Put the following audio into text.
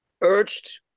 urged